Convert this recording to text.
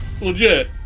legit